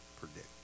predict